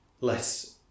less